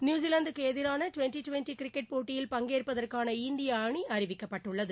நியூசிலாந்துக்கு எதிரான twenty twenty cricket போட்டியில் பங்கேற்பதற்கான இந்திய அணி அறிவிக்கப்பட்டுள்ளது